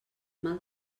mal